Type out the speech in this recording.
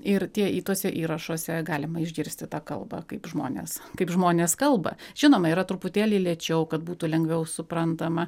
ir tie ituose įrašuose galima išgirsti tą kalbą kaip žmonės kaip žmonės kalba žinoma yra truputėlį lėčiau kad būtų lengviau suprantama